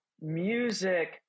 music